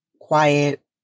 quiet